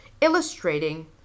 Illustrating